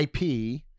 IP